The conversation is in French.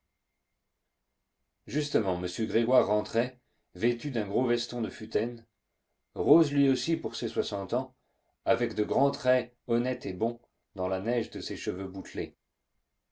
justement m grégoire rentrait vêtu d'un gros veston de futaine rose lui aussi pour ses soixante ans avec de grands traits honnêtes et bons dans la neige de ses cheveux bouclés